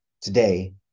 today